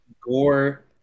gore